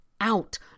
out